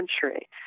country